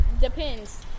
Depends